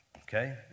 okay